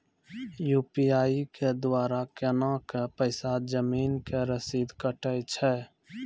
UPI के द्वारा केना कऽ पैसा जमीन के रसीद कटैय छै?